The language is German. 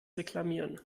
reklamieren